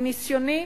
מניסיוני,